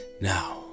Now